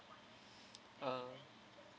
uh